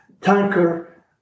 tanker